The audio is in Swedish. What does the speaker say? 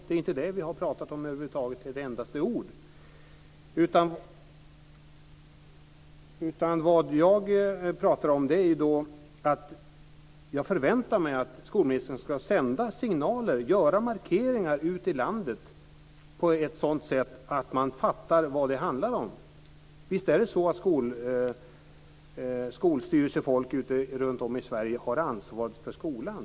Det har vi över huvud taget inte nämnt ett endaste ord om. Jag förväntar mig att skolministern ska sända signaler ut till landet och göra markeringar på ett sådant sätt att man fattar vad det handlar om. Visst är det skolstyrelsefolk runtom i Sverige som har ansvaret för skolan.